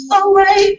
away